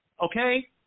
okay